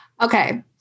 okay